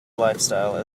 lifestyle